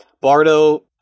Bardo